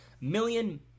million